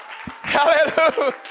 Hallelujah